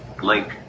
Link